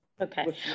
Okay